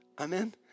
amen